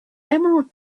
emerald